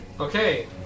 Okay